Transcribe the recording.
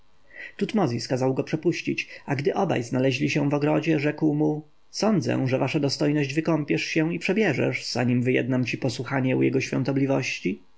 tutmozis kazał go przepuścić a gdy obaj znaleźli się w ogrodzie rzekł mu sądzę że wasza dostojność wykąpiesz się i przebierzesz zanim wyjednam ci posłuchanie u jego świątobliwości